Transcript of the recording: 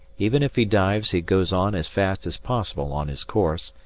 even if he dives he goes on as fast as possible on his course,